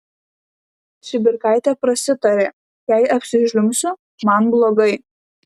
čibirkaitė prasitarė jei apsižliumbsiu man blogai